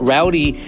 Rowdy